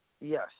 Yes